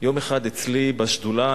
יום אחד אצלי בשדולה,